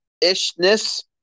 ishness